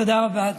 תודה רבה.